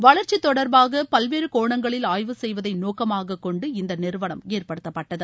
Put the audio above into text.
வளர்ச்சி தொடர்பாக பல்வேறு கோணங்களில் ஆய்வு செய்வதை நோக்கமாக கொண்டு இந்த நிறுவனம் ஏற்படுத்தப்பட்டது